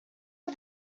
are